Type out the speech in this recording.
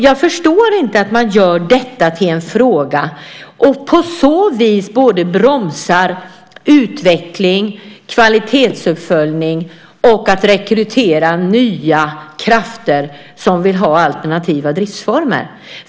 Jag förstår inte att man gör detta till en fråga och på så vis bromsar utveckling, kvalitetsuppföljning och att rekrytera nya krafter som vill ha alternativa driftsformer.